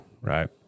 right